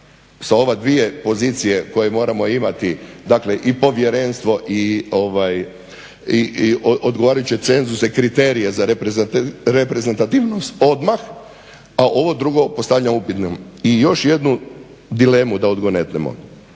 sa ove dvije pozicije koje moramo imati, dakle i povjerenstvo i odgovarajuće cenzuse, kriterije za reprezentativnost odmah, a ovo drugo ostavljam upitnim. I još jednu dilemu da odgonetnemo.